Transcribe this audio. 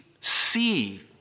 see